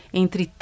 entre